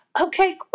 Okay